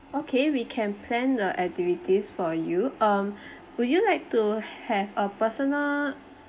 okay we can plan the activities for you um would you like to have a personal